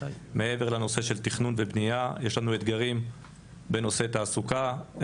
מעבר לנושא של תכנון ובנייה יש לנו אתגרים בנושא תעסוקה,